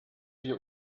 wir